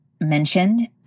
mentioned